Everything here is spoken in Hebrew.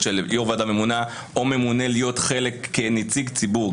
של יו"ר ועדה ממונה או ממונה להיות חלק כנציג ציבור,